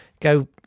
go